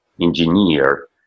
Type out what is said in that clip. engineer